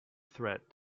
threat